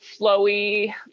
flowy